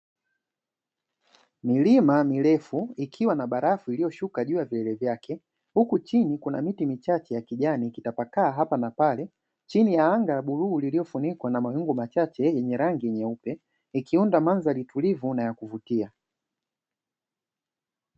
Milima mirefu ikiwa na barafu iliyoshuka katika vilele vyake huku chini kuna miti michache ya kijani ikitapakaa hapa na pale, chini ya anga la bluu lililofunikwa na mawimbi ya rangi nyeupe likiunda mandhari ulivu na ya kuvutia.